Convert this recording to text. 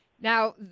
Now